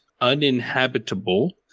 uninhabitable